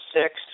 six